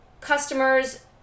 customers